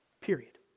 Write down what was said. period